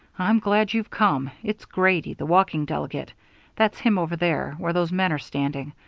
i'm glad you've come. it's grady, the walking delegate that's him over there where those men are standing,